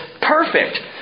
perfect